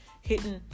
hitting